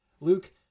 Luke